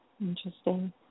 interesting